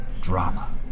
Drama